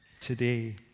today